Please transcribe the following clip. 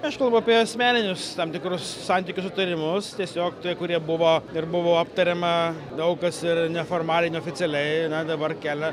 aš kalbu apie asmeninius tam tikrus santykius sutarimus tiesiog tie kurie buvo ir buvo aptariama daug kas ir neformaliai neoficialiai na dabar kelia